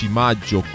maggio